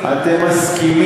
הרי אתם מסכימים,